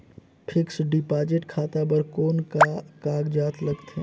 Fixed deposit खाता बर कौन का कागजात लगथे?